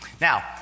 Now